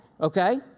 Okay